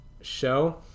show